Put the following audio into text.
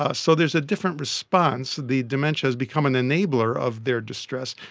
ah so there's a different response, the dementia has become an enabler of their distress,